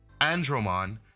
Andromon